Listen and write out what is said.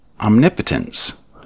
omnipotence